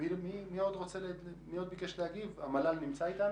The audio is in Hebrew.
נציג המל"ל נמצא איתנו?